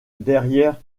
derrière